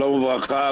שלום וברכה.